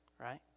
right